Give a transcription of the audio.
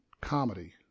comedy